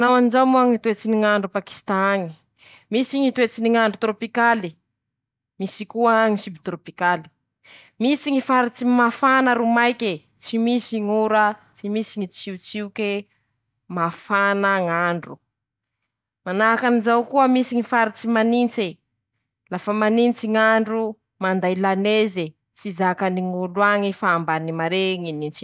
Manao anjao moa Ñy toetsy ny ñ'andro a Pakisitan añy: Misy Ñy toetsy ny ñ'andro torôpikaly, misy koa ñy sibitorôpikaly, misy ñy fartsy mafana ro maike, tsy misy ñ'oraa, tsy misy ñy tsiotsioke, mafana ñ'andro, manahakan'izao koa misy ñy faritsy manintse, lafa manintsy ñ'andro manday laneze, tsy zakany ñ'olo añy fa ambany maré ñy nintsindrozy.